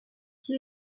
qui